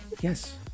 Yes